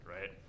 right